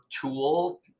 tool